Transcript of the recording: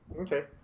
Okay